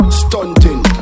stunting